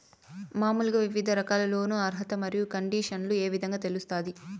మామూలుగా వివిధ రకాల లోను అర్హత మరియు కండిషన్లు ఏ విధంగా తెలుస్తాది?